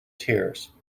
tears